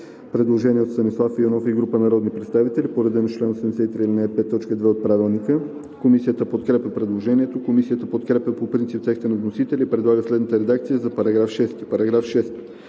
предложение от Станислав Иванов и група народни представители по реда на чл. 83, ал. 5, т. 2 от Правилника. Комисията подкрепя предложението. Комисията подкрепя по принцип текста на вносителя и предлага следната редакция за § 8: „§ 8.